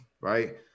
right